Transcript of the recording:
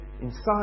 inside